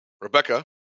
Rebecca